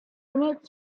remote